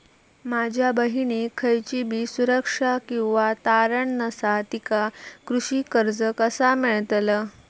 माझ्या बहिणीक खयचीबी सुरक्षा किंवा तारण नसा तिका कृषी कर्ज कसा मेळतल?